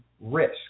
risk